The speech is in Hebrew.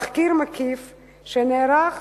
תחקיר מקיף שנערך